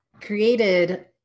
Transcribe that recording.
created